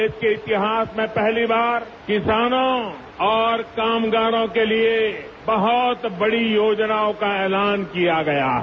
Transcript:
देश के इतिहास में पहली बार किसानों और कामगारों के लिए बहत बड़ी योजनाओं का ऐलान किया गया है